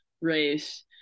race